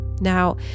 Now